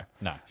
no